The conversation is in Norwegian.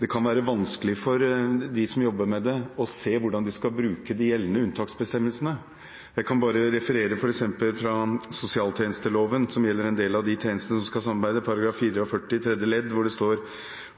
det kan være vanskelig for dem som jobber med det, å se hvordan de skal bruke de gjeldende unntaksbestemmelsene. Jeg kan bare sitere f.eks. fra sosialtjenesteloven, som gjelder en del av de tjenestene som skal samarbeide, § 44 tredje ledd, hvor det står: